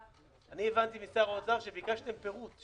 אני הבנתי משר האוצר שביקשתם פירוט,